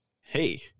Hey